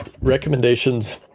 recommendations